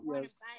Yes